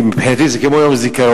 מבחינתי זה כמו יום הזיכרון.